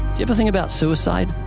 you ever think about suicide?